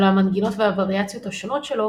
על המנגינות והווריאציות השונות שלו,